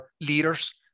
leaders